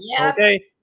okay